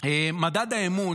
מדד האמון,